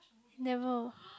never